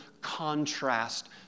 contrast